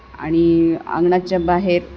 आणि अंगणाच्या बाहेर